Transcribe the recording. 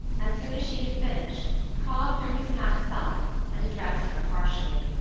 as soon as she had finished, cobb threw his hat aside and addressed her harshly.